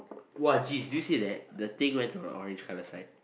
!wah! geez did you see that the thing went to the orange colour side